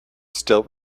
still